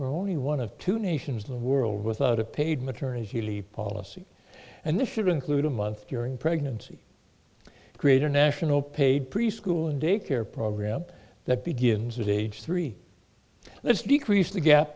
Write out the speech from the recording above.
only one of two nations in the world without a paid maternity leave policy and this should include a month during pregnancy create a national paid preschool and daycare program that begins at age three let's decrease the gap